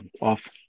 off